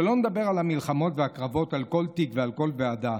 שלא נדבר על המלחמות והקרבות על כל תיק ועל כל ועדה.